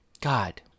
God